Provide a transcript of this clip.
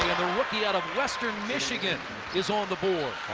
the rookie out of western michigan is on the board.